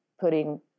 putting